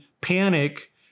panic